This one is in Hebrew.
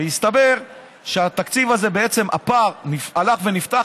והסתבר שבתקציב הזה בעצם הפער הלך ונפתח,